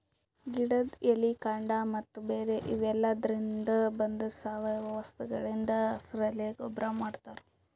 ಗಿಡದ್ ಎಲಿ ಕಾಂಡ ಮತ್ತ್ ಬೇರ್ ಇವೆಲಾದ್ರಿನ್ದ ಬಂದಿದ್ ಸಾವಯವ ವಸ್ತುಗಳಿಂದ್ ಹಸಿರೆಲೆ ಗೊಬ್ಬರ್ ಮಾಡ್ತಾರ್